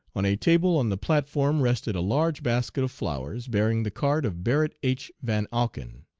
on a table on the platform rested a large basket of flowers, bearing the card of barrett h. van auken,